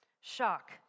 Shock